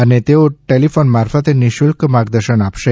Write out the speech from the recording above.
અને તેઓ ટેલિફોન મારફતે નિશુલ્ક માર્ગદર્શન આપશે